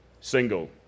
Single